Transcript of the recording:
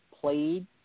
played